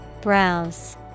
Browse